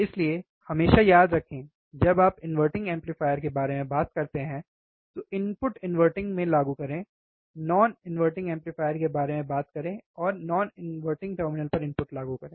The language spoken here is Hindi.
इसलिए हमेशा याद रखें जब आप इन्वर्टिंग एम्पलीफायर के बारे में बात करते हैं तो इनपुट इन्वर्टिंग में लागू करें नॉन इनवर्टिंग एम्पलीफायर के बारे में बात करें और नॉन इनवर्टिंग टर्मिनल पर इनपुट लागू करें